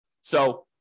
So-